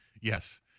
Yes